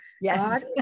Yes